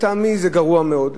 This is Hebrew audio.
לטעמי זה גרוע מאוד.